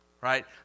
right